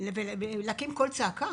ולהקים קול צעקה